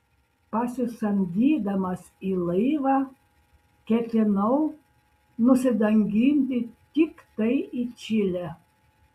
pasisamdydamas į laivą ketinau nusidanginti tiktai į čilę